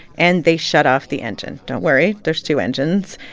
and they shut off the engine. don't worry there's two engines.